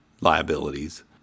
liabilities